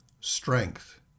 strength